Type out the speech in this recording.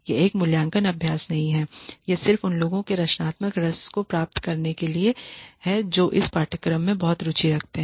यह एक मूल्यांकन अभ्यास नहीं है यह सिर्फ उन लोगों के रचनात्मक रस को प्राप्त करने के लिए है जो इस पाठ्यक्रम में बहुत रुचि रखते हैं